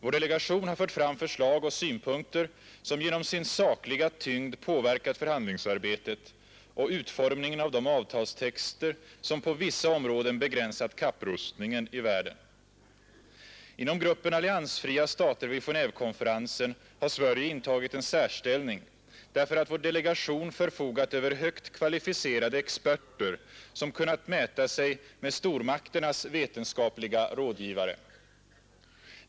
Vår delegation har fört fram förslag och synpunkter som genom sin sakliga tyngd påverkat förhandlingsarbetet och utformningen av de avtalstexter som på vissa områden begränsat kapprustningen i världen. Inom gruppen alliansfria stater vid Genévekonferensen har Sverige intagit en särställning, därför att vår delegation förfogat över högt kvalificerade experter som kunnat mäta sig med stormakternas vetenskapliga rådgivare.